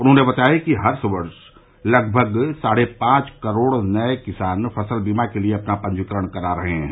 उन्होंने बताया कि हर वर्ष लगभग साढ़े पांच करोड़ नए किसान फसल बीमा के लिए अपना पंजीकरण करा रहे हैं